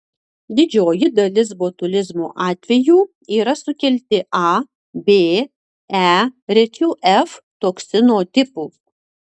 didžioji dalis botulizmo atvejų yra sukelti a b e rečiau f toksino tipų